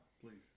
please